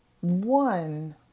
One